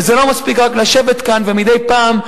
וזה לא מספיק רק לשבת כאן ומדי פעם,